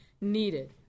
needed